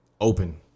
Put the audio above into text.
open